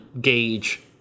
gauge